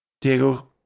Diego